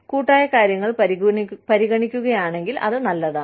കൂട്ടായ കാര്യങ്ങൾ പരിഗണിക്കുകയാണെങ്കിൽ അത് നല്ലതാണ്